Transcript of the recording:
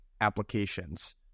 applications